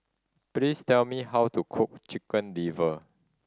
please tell me how to cook Chicken Liver